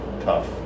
tough